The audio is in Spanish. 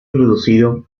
reducido